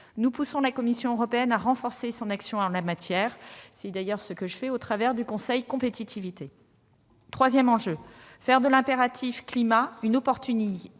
nous poussons la Commission européenne à renforcer son action en la matière. C'est d'ailleurs ce que je fais au conseil Compétitivité. Le troisième enjeu est de faire de l'impératif climat une chance